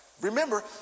Remember